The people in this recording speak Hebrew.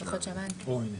כן.